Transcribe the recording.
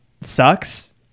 sucks